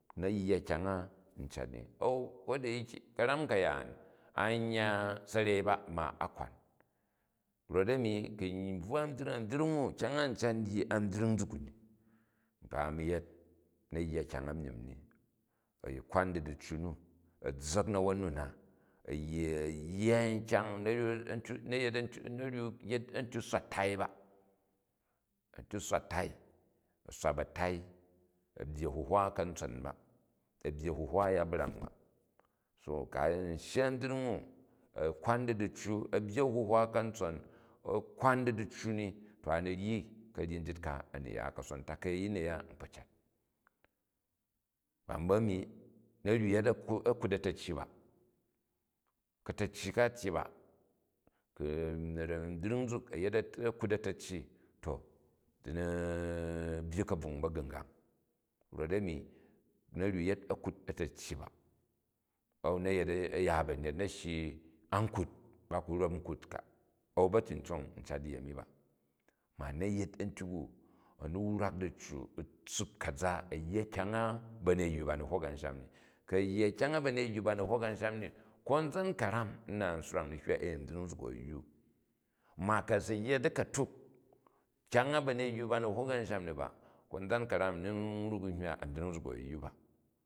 Na̱ yya kyang a u cat ni, a̱u ko dayeke kayram kayaan an yya sa̱rei ba ma a kwan. Rot hmi ku̱ a brwa a̱mbyriny, a̱mbrying u̱ kayang a u cat n dyi a brying nzuk u mi, nkpa a̱mi yet na̱ yya kyang a mymi ni, a kwan di diccu nu, a̱ zza̱k na̱won nu na a̱ yya nkyany, na̱ ryok yat a̱ntyok swat tai bu, a̱ntyuk swat tai, a̱ swat ba̱tai, a̱ byyi a̱huhwa katson ba, a̱ byyi a̱huhwa ya brang ba. so ku̱ n shya a̱mbyring u̱ a kwan di duku a̱ byyi a̱huhwa kaitson a̱ kuran di du̱en ni to am ryi ka̱yo njit ka a̱ ri ya kason taka̱i a̱yin a̱ya, n kpo cat. Bam bu a̱ni na̱ ryok yet a̱kut a̱ta̱cyi ba, ka̱ta̱cyi ka, a tyyi ba. Ku̱ a̱mbyring a̱ yet a̱kut a̱ta̱eyi to hi byyi ka̱bvuy ba̱gungang rot, ami na̱ ryok yet a̱krut a̱ta̱yi ba, a̱n na̱ yet a̱ya banyet, na̱ shyi an kut, ba ku rop nkut, a̱n ba̱ anfong n cat uyami ba, ma na̱ yet a̱ntyuk u, a̱ ni wrak diccu u tssup ka̱za. a̱ yya kyang a ba̱reywu bani hok anshami ni. Ku̱ a̱yya kyany a̱ ba̱ruywu ba ni hok ansham ni, konzan karan una u swaray n ni hywa ee, ambyring nzuk u, a ywu. Ma ku̱ a̱ si yyo di ka̱tuk, kyang a ba neywu bani hok ansham ni bu konzan karam ni in wruk n hywa a̱mbyring u̱ a̱ ywu ba.